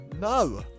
no